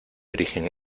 origen